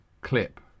clip